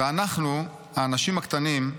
אנחנו, האנשים הקטנים,